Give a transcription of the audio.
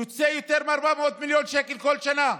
זה יוצא יותר מ-400 מיליון שקל בכל שנה.